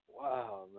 Wow